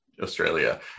australia